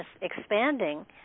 expanding